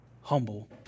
humble